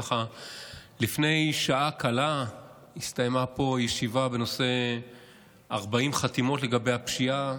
ככה לפני שעה קלה הסתיימה פה ישיבה בנושא 40 חתימות לגבי הפשיעה